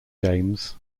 games